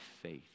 faith